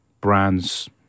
brands